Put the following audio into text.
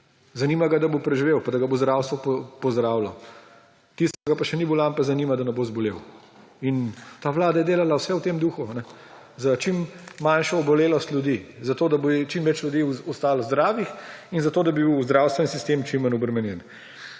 Zanima ga, da bo preživel, pa da ga bo zdravstvo pozdravilo. Tistega, ki pa še ni bolan. pa zanima, da ne bo zbolel. Ta vlada je delala vse v tem duhu, za čim manjšo obolelost ljudi, da bo čim več ljudi ostalo zdravih in da bi bil zdravstveni sistem čim manj obremenjen.